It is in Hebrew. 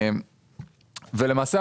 למעשה,